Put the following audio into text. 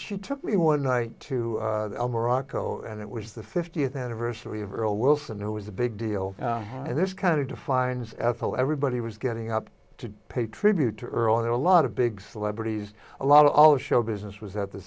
she took me one night to morocco and it was the th anniversary of earl wilson who was a big deal and this kind of defines ethel everybody was getting up to pay tribute to earl and a lot of big celebrities a lot of all show business was at the